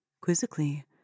Quizzically